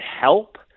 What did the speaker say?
help